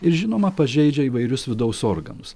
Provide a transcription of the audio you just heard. ir žinoma pažeidžia įvairius vidaus organus